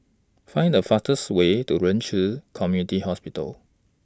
Find The fastest Way to Ren Ci Community Hospital